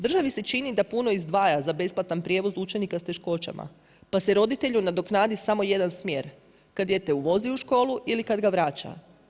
Državi se čini da puno izdvaja za besplatan prijevoz učenika s teškoćama pa se roditelju nadoknadi samo jedan smjer, kada dijete vozi u školu ili kada ga vraća.